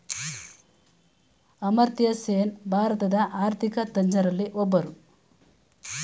ಅಮರ್ತ್ಯಸೇನ್ ಭಾರತದ ಆರ್ಥಿಕ ತಜ್ಞರಲ್ಲಿ ಒಬ್ಬರು